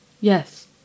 Yes